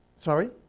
Sorry